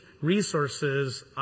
resources